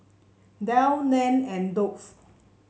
Dell Nan and Doux